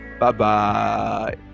Bye-bye